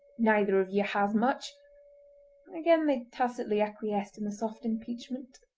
neither of ye has much again they tacitly acquiesced in the soft impeachment.